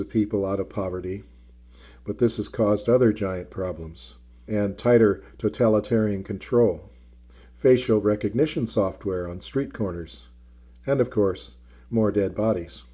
of people out of poverty but this is caused other giant problems and tighter to tella tearing control facial recognition software on street corners and of course more dead bodies